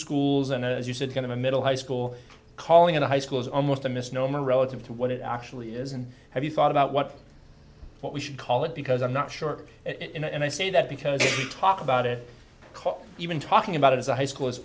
schools and as you said kind of a middle high school calling it a high school is almost a misnomer relative to what it actually is and have you thought about what what we should call it because i'm not sure it and i say that because we talk about it even talking about it as a high school